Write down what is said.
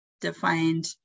defined